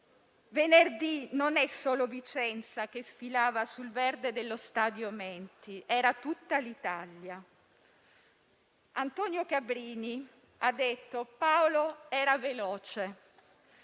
detto: «non è solo Vicenza che sfila sul verde dello stadio Menti, ma tutta l'Italia». Antonio Cabrini ha detto che Paolo era veloce